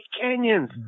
Canyons